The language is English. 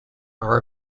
are